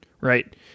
right